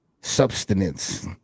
substance